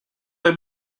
they